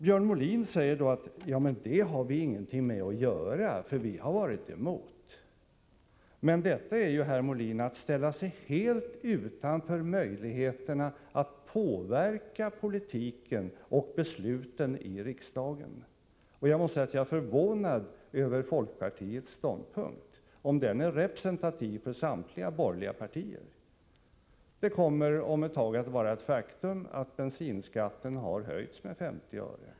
Björn Molin säger: Det har vi inget med att göra, för vi har varit emot. Men detta är, herr Molin, att ställa sig helt utanför möjligheterna att påverka politiken och besluten i riksdagen. Jag måste säga att jag är förvånad över folkpartiets ståndpunkt och undrar om den är representativ för samtliga borgerliga partier. Det kommer om ett tag att vara ett faktum att bensinskatten har höjts med 50 öre.